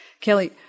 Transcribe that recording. Kelly